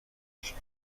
się